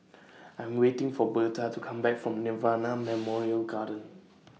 I'm waiting For Berta to Come Back from Nirvana Memorial Garden